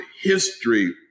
history